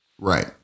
Right